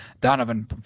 Donovan